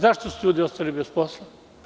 Zašto su ljudi ostali bez posla?